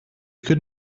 could